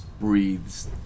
breathes